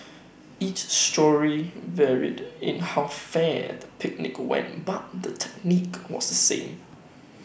each story varied in how fear the picnic went but the technique was the same